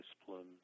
disciplines